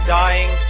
dying